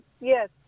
Yes